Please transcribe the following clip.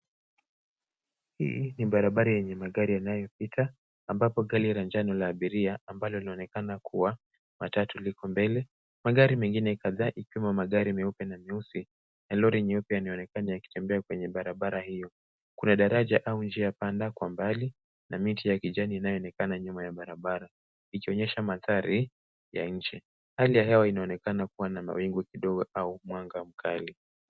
Hii ni barabara yenye magari yanayopita ambapo gari la njano la abiria ambalo linaonekana kuwa matatu liko mbele. Magari mengine kadhaa ikiwemo magari meupe na nyeusi na lori nyeupe yanaonekana yakitembea kwenye barabara hiyo. Kuna daraja au njia panda kwa mbali na miti ya kijani inayoonekana nyuma ya barabara ikionyesha mandhari ya nje. Hali ya hewa inaonekana kuwa na mawingu kidogo au mwanga mkali.